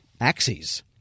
axes